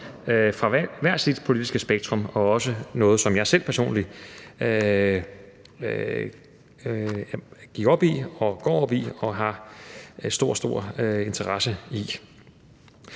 fra hele det politiske spektrum og også noget, som jeg selv personligt gik op i og går op i og har stor, stor interesse i.